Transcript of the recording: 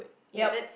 yup